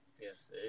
Yes